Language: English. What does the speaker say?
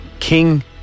King